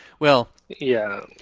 well. yeah,